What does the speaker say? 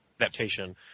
adaptation